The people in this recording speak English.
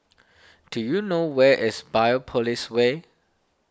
do you know where is Biopolis Way